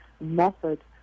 method